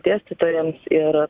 dėstytojams ir